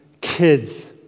kids